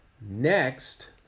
Next